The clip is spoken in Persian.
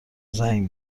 زنگ